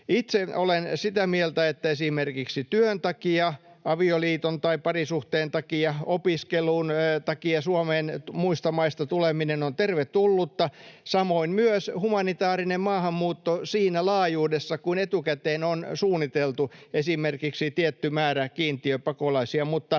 Itse olen sitä mieltä, että esimerkiksi työn takia, avioliiton tai parisuhteen takia, opiskelun takia Suomeen muista maista tuleminen on tervetullutta, samoin myös humanitaarinen maahanmuutto siinä laajuudessa kuin etukäteen on suunniteltu, esimerkiksi tietty määrä kiintiöpakolaisia.